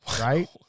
right